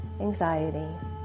anxiety